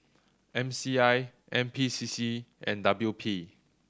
M C I N P C C and W P